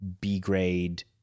B-grade